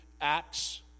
Acts